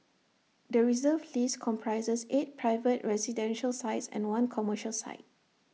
the Reserve List comprises eight private residential sites and one commercial site